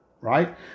right